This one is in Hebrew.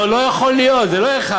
לא, לא יכול להיות, זה לא אחד.